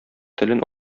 телен